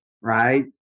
right